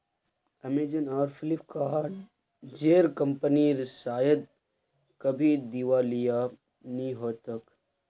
Amazon आर Flipkart जेर कंपनीर शायद कभी दिवालिया नि हो तोक